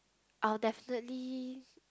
I'll definitely